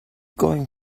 going